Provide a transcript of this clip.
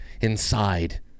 inside